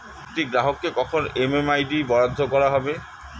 একটি গ্রাহককে কখন এম.এম.আই.ডি বরাদ্দ করা হবে?